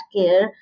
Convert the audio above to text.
care